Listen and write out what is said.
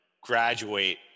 graduate